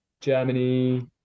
Germany